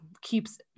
keeps